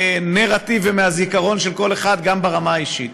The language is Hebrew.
ומהנרטיב ומהזיכרון של כל אחד, גם ברמה האישית,